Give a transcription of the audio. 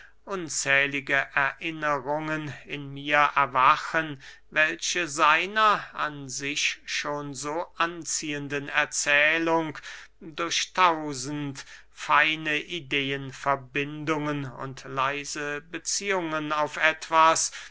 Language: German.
unzählige erinnerungen in mir erwachen welche seiner an sich schon so anziehenden erzählung durch tausend feine ideenverbindungen und leise beziehungen auf etwas